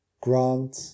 Grant